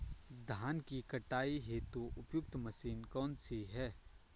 धान की कटाई हेतु उपयुक्त मशीन कौनसी है?